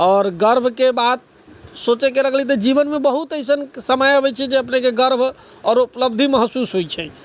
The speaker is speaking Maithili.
आओर गर्वके बात सोचै के लगलियै तऽ जीवनमे बहुत अइसन समय अबै छै जे गर्व आओर उपलब्धि महसूस होइ छै